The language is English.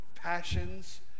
passions